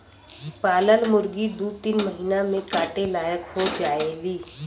पालल मुरगी दू तीन महिना में काटे लायक हो जायेली